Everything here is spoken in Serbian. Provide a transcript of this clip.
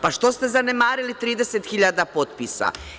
Pa, što ste zanemarili 30 hiljada potpisa?